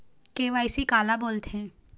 KYC काला बोलथें?